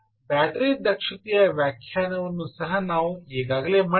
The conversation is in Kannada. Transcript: ಬ್ಯಾಟರಿ ದಕ್ಷತೆಯ ವ್ಯಾಖ್ಯಾನವನ್ನು ಸಹ ನಾವು ಈಗಾಗಲೇ ಮಾಡಿದ್ದೇವೆ